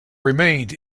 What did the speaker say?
remained